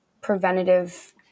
preventative